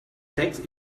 text